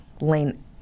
lane